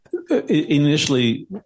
Initially